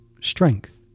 strength